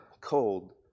cold